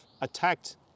attacked